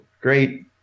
Great